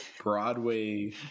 Broadway